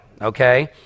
okay